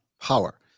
power